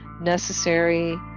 necessary